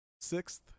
Sixth